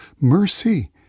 mercy